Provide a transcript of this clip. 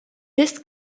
this